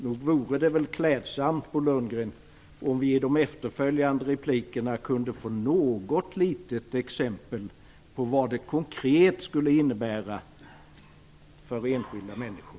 Nog vore det väl klädsamt, Bo Lundgren, om vi i de efterföljande anförandena kunde få något litet exempel på vad det konkret skulle innebära för enskilda människor?